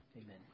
Amen